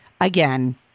again